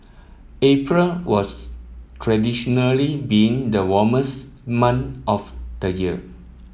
April was traditionally been the warmest month of the year